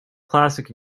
classic